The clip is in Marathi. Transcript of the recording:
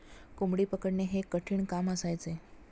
कोंबडी पकडणे हे एक कठीण काम असायचे